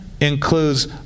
includes